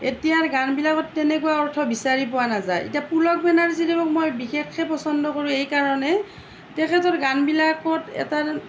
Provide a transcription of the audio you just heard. এতিয়াৰ গানবিলাকত তেনেকুৱা অৰ্থ বিচাৰি পোৱা নাযায় এতিয়া পুলক বেনাৰ্জীদেৱক মই বিশেষকে পচন্দ কৰোঁ এই কাৰণে তেখেতৰ গান বিলাকত এটা